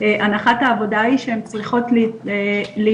הנחת העבודה היא שהן צריכות להיות